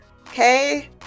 okay